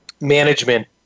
management